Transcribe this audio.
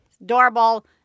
Adorable